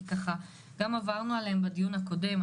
גם עברנו עליהן בדיון הקודם.